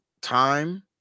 time